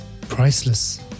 Priceless